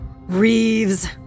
Reeves